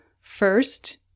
First